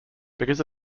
because